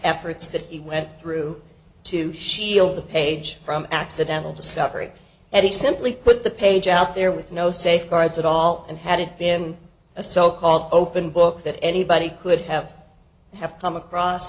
he went through to shield the page from accidental discovery and he simply put the page out there with no safeguards at all and had it been a so called open book that anybody could have have come across